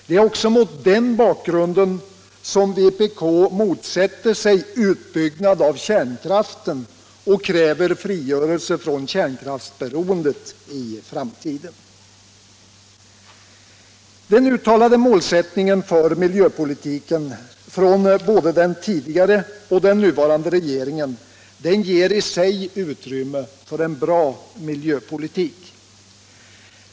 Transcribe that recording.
Det är också mot den bakgrunden vpk motsätter sig utbyggnad av kärnkraften och kräver frigörelse från kärnkraftsberoende i framtiden. Den uttalade målsättningen för miljöpolitiken från både den tidigare och den nuvarande regeringen ger i sig utrymme för en bra miljöpolitik.